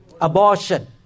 abortion